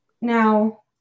Now